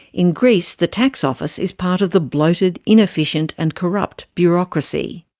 in greece the tax office is part of the bloated, inefficient and corrupt bureaucracy.